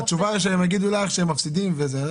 התשובה שתקבלי מהם זה שהם מפסידים וזה.